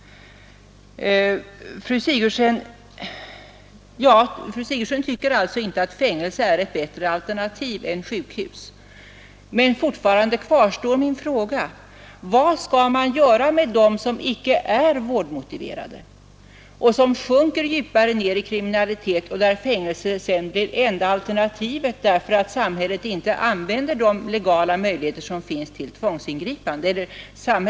Fru Sigurdsen tycker alltså inte att fängelse är ett bättre alternativ än sjukhus. Men fortfarande kvarstår min fråga: Vad skall man göra med dem som icke är vårdmotiverade och som sjunker djupare ner i kriminalitet så att fängelse sedan blir enda alternativet, därför att sjukvårdshuvudmännen inte använder de legala möjligheter som finns till tvångsingripande?